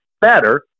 better